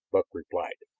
buck replied.